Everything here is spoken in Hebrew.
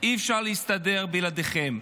אי-אפשר להסתדר בלעדיכם.